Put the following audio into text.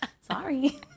Sorry